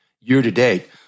Year-to-date